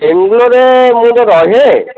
ବେଙ୍ଗଲୋରରେ ମୁଁ ତ ରହେ